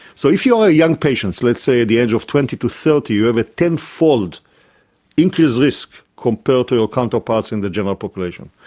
so if you are a young patient, let's say the age of twenty to thirty, you have a ten-fold increased risk compared to your counterparts in the general population.